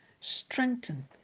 strengthen